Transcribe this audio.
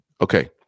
Okay